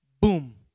boom